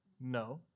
No